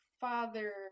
father